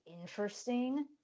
interesting